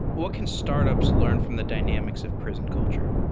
what can startups learn from the dynamics of prison culture?